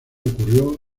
ocurrió